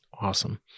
Awesome